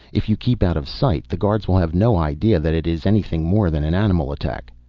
if you keep out of sight, the guards will have no idea that it is anything more than an animal attack.